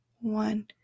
one